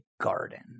garden